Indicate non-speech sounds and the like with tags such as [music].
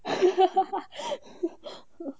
[laughs]